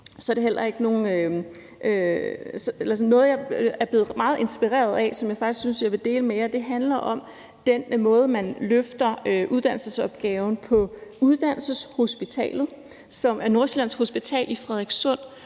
Noget, jeg er blevet meget inspireret af, og som jeg faktisk synes jeg vil dele med jer, handler om den måde, man løfter uddannelsesopgaven på på uddannelseshospitalet, som er placeret på Nordsjællands Hospital i Frederikssund.